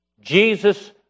Jesus